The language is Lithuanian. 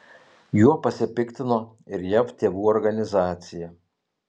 juo pasipiktino ir jav tėvų organizacija